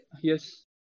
yes